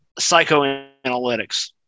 psychoanalytics